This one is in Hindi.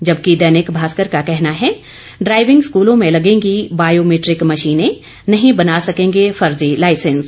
जबकि दैनिक भास्कर का कहना है ड्राइविंग स्कूलों में लगेंगी बायोमीट्रिक मशीनें नहीं बना सकेंगे फर्जी लाइसेंस